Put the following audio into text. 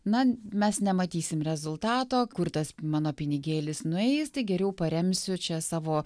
na mes nematysime rezultato kur tas mano pinigėlis nueis tai geriau paremsiu čia savo